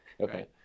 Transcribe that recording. Okay